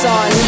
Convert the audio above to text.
on